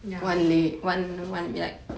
ya